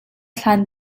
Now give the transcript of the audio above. hlan